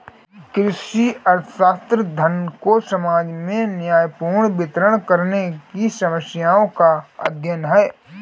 कृषि अर्थशास्त्र, धन को समाज में न्यायपूर्ण वितरण करने की समस्याओं का अध्ययन है